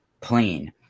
plane